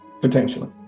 potentially